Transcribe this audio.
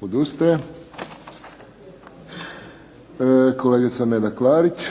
Odustaje. Kolegica Neda Klarić.